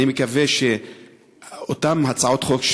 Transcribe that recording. אני מקווה שאותן הצעות חוק,